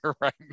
right